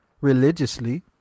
religiously